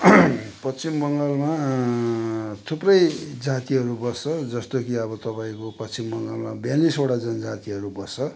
पश्चिम बङ्गालमा थुप्रै जातिहरू बस्छ जस्तो कि अब तपाईँको पश्चिम बङ्गालमा बयालिसवटा जनजातिहरू बस्छ